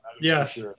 Yes